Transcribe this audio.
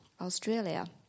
Australia